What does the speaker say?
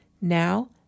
Now